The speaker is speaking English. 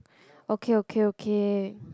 okay okay okay